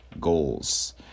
goals